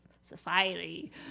society